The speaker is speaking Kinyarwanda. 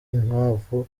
inkwavu